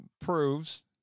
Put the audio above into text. proves